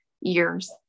years